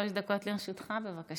שלוש דקות לרשותך, בבקשה.